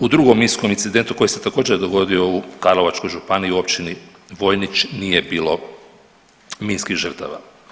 U drugom minskom incidentu koji se također dogodio u Karlovačkoj županiji u Općini Vojnić nije bilo minskih žrtava.